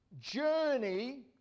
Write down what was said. journey